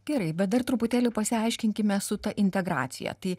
gerai bet dar truputėlį pasiaiškinkime su ta integracija tai